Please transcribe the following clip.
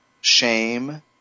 shame